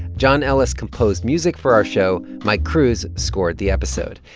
john ellis composed music for our show. mike crews scored the episode.